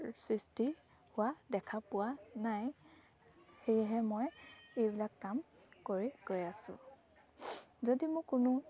সৃষ্টি হোৱা দেখা পোৱা নাই সেয়েহে মই এইবিলাক কাম কৰি গৈ আছোঁ যদি মোৰ কোনো